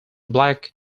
black